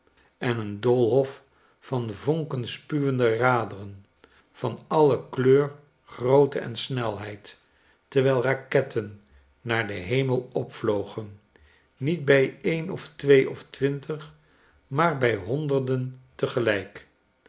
en een doolhof van vonkenspuwende raderen van alle kleur grootte en snelheid terwijl raketten naar den hemel opvlogen niet bij een of twee of twintig maar bij honderden tegelijk